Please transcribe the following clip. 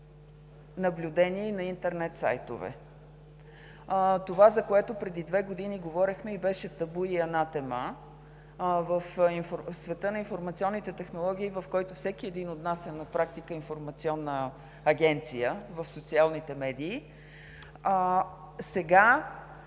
наблюдение на интернет сайтове. Това, за което преди две години говорихме и беше табу и анатема в света на информационните технологии, в който всеки от нас на практика е информационна агенция в социалните медии, сега